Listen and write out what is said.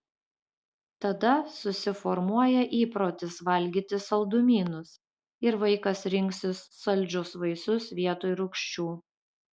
tada susiformuoja įprotis valgyti saldumynus ir vaikas rinksis saldžius vaisius vietoj rūgščių